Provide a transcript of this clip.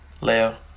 Leo